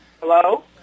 hello